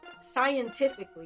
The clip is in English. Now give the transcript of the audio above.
scientifically